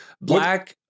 Black